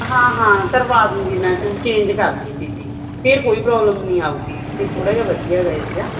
ਹਾਂ ਹਾਂ ਕਰਵਾ ਦੂੰਗੀ ਮੈਂ ਤੂੰ ਚੇਂਜ ਕਰ ਦੇਈਂ ਪੀ ਜੀ ਫਿਰ ਕੋਈ ਪ੍ਰੋਬਲਮ ਨਹੀਂ ਆਊਗੀ ਅਤੇ ਥੋੜ੍ਹਾ ਜਿਹਾ ਵਧੀਆ ਹੈਗਾ ਏਰੀਆ